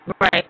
Right